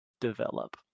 develop